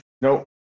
Nope